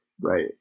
right